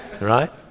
right